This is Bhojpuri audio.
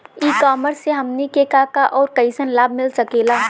ई कॉमर्स से हमनी के का का अउर कइसन लाभ मिल सकेला?